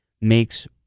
makes